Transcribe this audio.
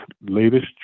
latest